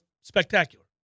spectacular